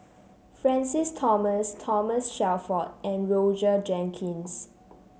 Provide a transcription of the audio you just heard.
Francis Thomas Thomas Shelford and Roger Jenkins